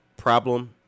problem